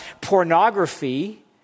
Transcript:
pornography